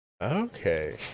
okay